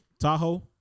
Tahoe